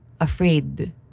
afraid